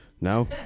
No